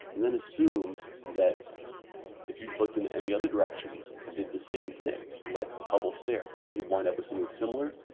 and then assume that if you looked into any other direction and did the same thing just let hubble stare you'd wind up with something similar.